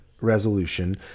resolution